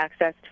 accessed